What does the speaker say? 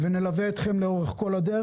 ונלווה אתכם לאורך כל הדרך,